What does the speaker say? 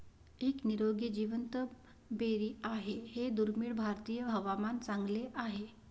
एक निरोगी जिवंत बेरी आहे हे दुर्मिळ भारतीय हवामान चांगले आहे